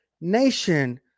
nation